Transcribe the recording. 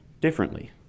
differently